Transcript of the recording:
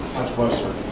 much closer,